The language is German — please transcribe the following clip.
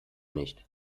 nicht